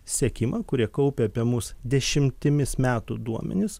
sekimą kurie kaupia apie mus dešimtimis metų duomenis